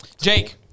Jake